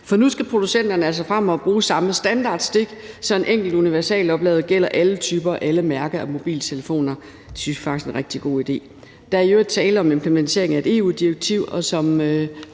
For nu skal producenterne altså fremover bruge samme standardstik, så en enkelt universaloplader gælder alle typer og alle mærker af mobiltelefoner. Det synes vi faktisk er en rigtig god idé. Der er i øvrigt tale om implementering af et EU-direktiv, og som